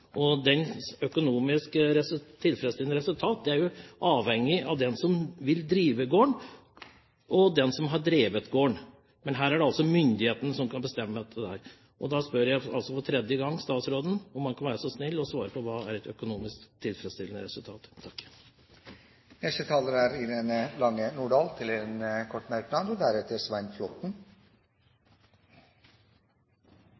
av den som vil drive gården, og den som har drevet gården. Men her er det altså myndighetene som skal bestemme. Og da spør jeg altså statsråden for tredje gang om han kan være så snill å svare på hva som er et økonomisk tilfredsstillende resultat. Irene Lange Nordahl har hatt ordet to ganger og får ordet til en kort merknad,